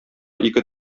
ике